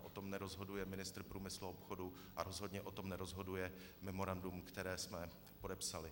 O tom nerozhoduje ministr průmyslu a obchodu a rozhodně o tom nerozhoduje memorandum, které jsme podepsali.